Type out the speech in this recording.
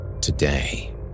today